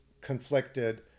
conflicted